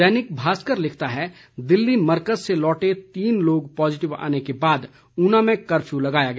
दैनिक भास्कर लिखता है दिल्ली मरकज से लौटे तीन लोग पॉजिटिव आने के बाद ऊना में कर्फ्यू लगाया गया